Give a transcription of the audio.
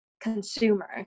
consumer